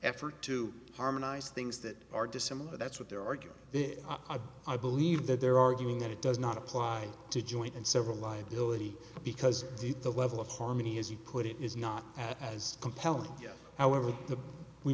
effort to harmonize things that are dissimilar that's what they're arguing they are a i believe that they're arguing that it does not apply to joint and several liability because the level of harmony as you put it is not as compelling yet however